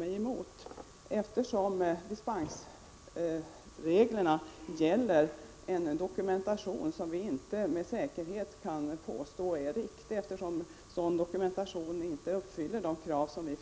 Dispensregeln gäller alltså för läkemedel vilkas verkan dokumenterats på ett sådant sätt att vi inte med säkerhet kan påstå att dokumentationen är riktig; den dokumentationen uppfyller inte de krav som vi